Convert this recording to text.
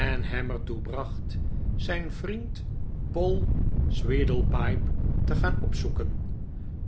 en hem er toe bracht zijn vriend poll sweedlepipe te gaan opzoeken